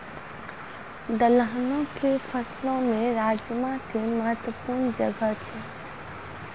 दलहनो के फसलो मे राजमा के महत्वपूर्ण जगह छै